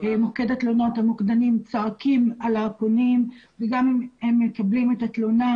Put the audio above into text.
במוקד התלונות המוקדנים צועקים על הפונים וגם אם מקבלים את התלונה,